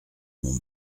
m’ont